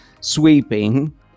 sweeping